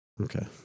Okay